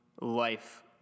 life